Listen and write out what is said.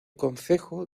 concejo